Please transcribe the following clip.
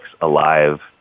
alive